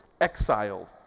exiled